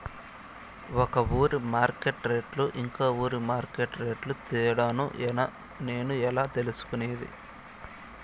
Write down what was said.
ఒక ఊరి మార్కెట్ రేట్లు ఇంకో ఊరి మార్కెట్ రేట్లు తేడాను నేను ఎట్లా తెలుసుకునేది?